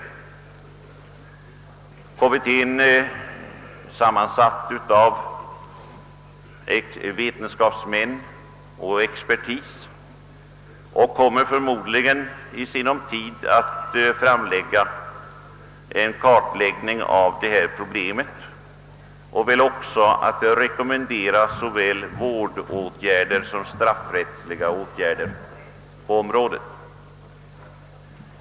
Narkomanvårdskommittén är sammansatt av vetenskapsmän och expertis och kommer förmodligen att i sinom tid redovisa en kartläggning av de här problemen och väl också att rekommendera såväl vårdåtgärder som straffrättsliga åtgärder på området.